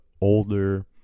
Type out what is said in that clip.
older